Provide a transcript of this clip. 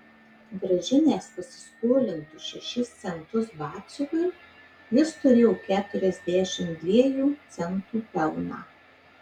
grąžinęs pasiskolintus šešis centus batsiuviui jis turėjo keturiasdešimt dviejų centų pelną